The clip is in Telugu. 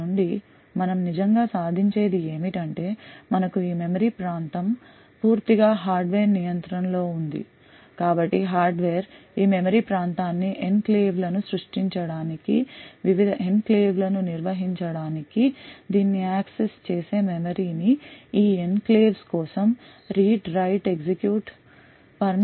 దీని నుండి మనం నిజంగా సాధించేది ఏమిటంటే మనకు ఈ మెమరీ ప్రాంతం పూర్తిగా హార్డ్వేర్ నియంత్రణ లో ఉంది కాబట్టి హార్డ్వేర్ ఈ మెమరీ ప్రాంతాన్ని ఎన్క్లేవ్లను సృష్టించడానికి వివిధ ఎన్క్లేవ్లను నిర్వహించడానికి దీన్ని యాక్సెస్ చేసే మెమరీని ఈ ఎన్క్లేవ్స్ కోసం read write execute పర్మిషన్లను నిర్వహించగలదు